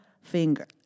finger